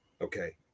Okay